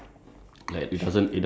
that fried onion that one